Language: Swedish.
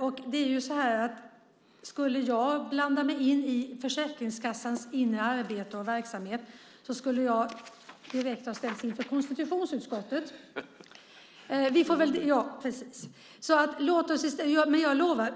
Om jag skulle blanda mig i Försäkringskassans inre arbete och verksamhet skulle jag direkt ställas inför konstitutionsutskottet. Jag lovar